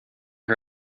her